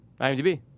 IMDb